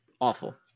Awful